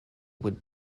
would